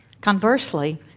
Conversely